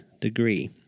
degree